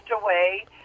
away